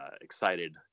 excited